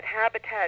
habitat